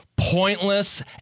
Pointless